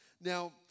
Now